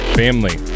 family